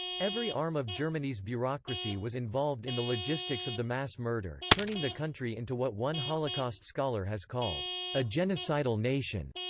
every arm of germany's bureaucracy was involved in the logistics of the mass murder, turning the country into what one holocaust scholar has called a genocidal nation.